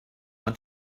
want